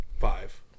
five